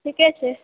ठीके छै